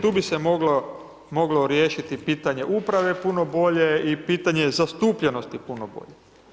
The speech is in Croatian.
Tu bi se moglo riješiti pitanje uprave puno bolje i pitanje zastupljenosti puno bolje.